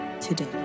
today